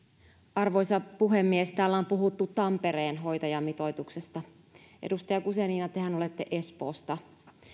arvoisa puhemies täällä on puhuttu tampereen hoitajamitoituksesta edustaja guzenina tehän olette espoosta